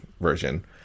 version